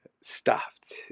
stopped